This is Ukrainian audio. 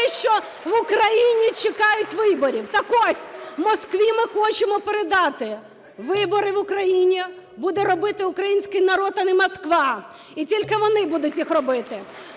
що в Україні чекають виборів. (Шум у залі) Так ось, Москві ми хочемо передати: вибори в Україні буде робити український народ, а не Москва, і тільки вони будуть їх робити.